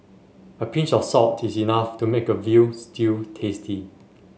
a pinch of salt is enough to make a veal stew tasty